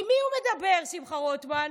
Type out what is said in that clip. עם מי הוא מדבר, שמחה רוטמן?